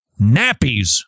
nappies